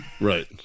Right